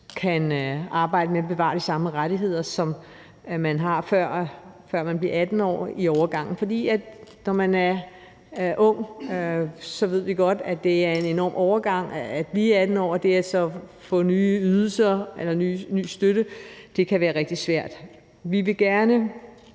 skal arbejdes med at bevare de samme rettigheder, efter man er blevet 18 år, som man havde, før man blev 18 år, for når man er ung, ved vi godt, det er en enorm overgang at blive 18 år, og det at få nye ydelser eller ny støtte kan være rigtig svært. Vi vil gerne